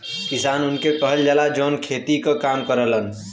किसान उनके कहल जाला, जौन खेती क काम करलन